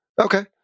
Okay